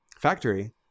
factory